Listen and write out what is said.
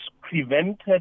prevented